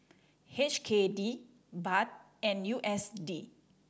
H K D Baht and U S D